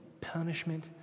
punishment